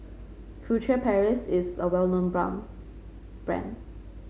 Furtere Paris is a well known brand